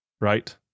right